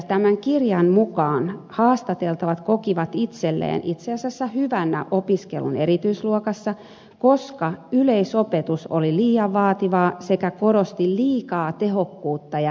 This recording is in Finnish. tämän kirjan mukaan haastateltavat kokivat itselleen itse asiassa hyvänä opiskelun erityisluokassa koska yleisopetus oli liian vaativaa sekä korosti liikaa tehokkuutta ja pärjäämistä